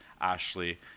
Ashley